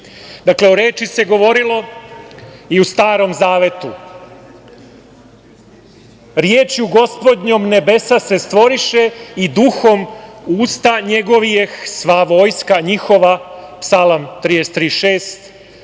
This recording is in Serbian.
reči. Dakle, o reči se govorilo i u Starom zavetu: "Riječju gospodnjom nebesa se stvoriše i duhom usta njegovijeh sva vojska njihova", Psalam 33.6,